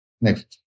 Next